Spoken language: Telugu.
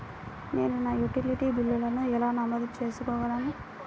నేను నా యుటిలిటీ బిల్లులను ఎలా నమోదు చేసుకోగలను?